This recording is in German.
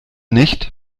nicht